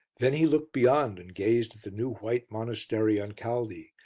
then he looked beyond and gazed at the new white monastery on caldy,